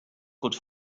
could